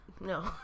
No